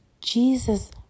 Jesus